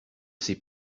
ses